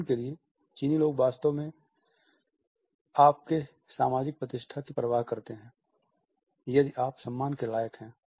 उदाहरण के लिए चीनी लोग वास्तव में आप के सामाजिक प्रतिष्ठा की परवाह करते हैं यदि आप सम्मान के लायक हैं